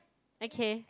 okay